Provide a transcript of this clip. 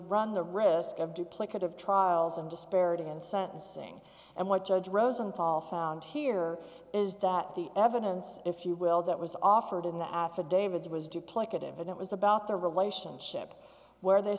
run the risk of duplicative trials and disparity in sentencing and what judge rosenthal found here is that the evidence if you will that was offered in the affidavit it was duplicative and it was about their relationship where they